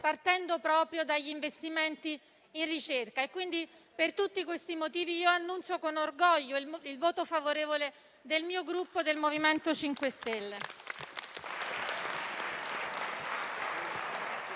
partendo proprio dagli investimenti in ricerca. Per tutti questi motivi, annuncio con orgoglio il voto favorevole del Gruppo del MoVimento 5 Stelle.